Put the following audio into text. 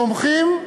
תומכים,